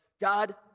God